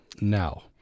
now